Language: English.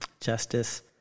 Justice